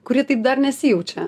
kurie taip dar nesijaučia